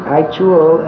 actual